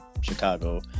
Chicago